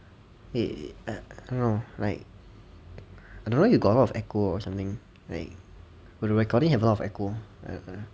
wait wait err I don't know like I don't know you got a lot of echo or something like will the recording have a lot of echo